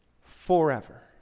forever